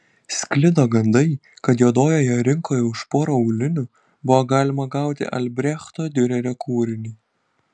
sklido gandai kad juodojoje rinkoje už porą aulinių buvo galima gauti albrechto diurerio kūrinį